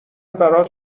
برات